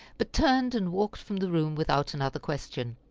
but turned and walked from the room without another question.